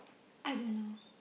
I don't know